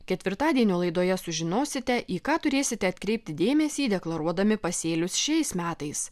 ketvirtadienio laidoje sužinosite į ką turėsite atkreipti dėmesį deklaruodami pasėlius šiais metais